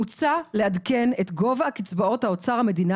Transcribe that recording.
מוצע לעדכן את גובה קצבאות אוצר המדינה